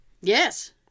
yes